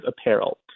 apparel